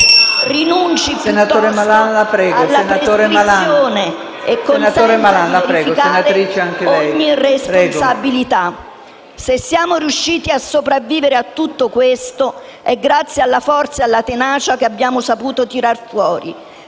Rinunci piuttosto alla prescrizione e consenta di verificare ogni responsabilità. Se siamo riusciti a sopravvivere a tutto questo, è grazie alla forza e alla tenacia che abbiamo saputo tirar fuori,